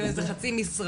זה אפילו לא חצי משרה.